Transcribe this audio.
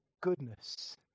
goodness